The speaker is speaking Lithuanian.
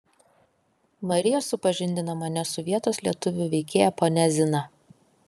marija supažindina mane su vietos lietuvių veikėja ponia zina